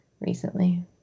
recently